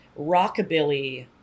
rockabilly